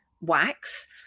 wax